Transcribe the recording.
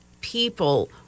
people